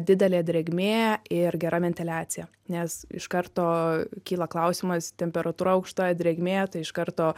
didelė drėgmė ir gera ventiliacija nes iš karto kyla klausimas temperatūra aukšta drėgmė tai iš karto